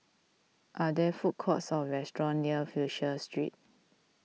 are there food courts or restaurants near Fisher Street